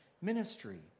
ministry